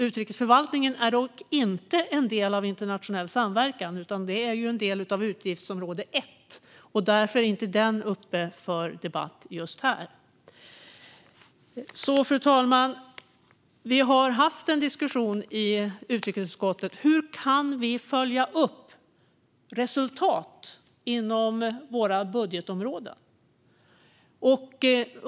Utrikesförvaltningen är dock inte en del av internationell samverkan utan en del av utgiftsområde 1. Därför är inte den uppe för debatt just nu. Fru talman! Vi har haft en diskussion i utrikesutskottet om hur vi kan följa upp resultat inom våra budgetområden.